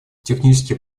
технический